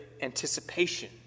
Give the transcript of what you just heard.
anticipation